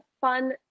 fun